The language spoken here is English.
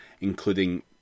including